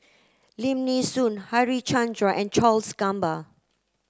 Lim Nee Soon Harichandra and Charles Gamba